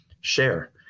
share